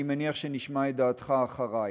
אני מניח שנשמע את דעתך אחרי.